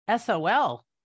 SOL